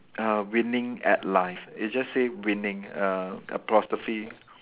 uh winning at life it just say winning uh apostrophe